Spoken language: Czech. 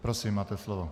Prosím, máte slovo.